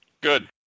Good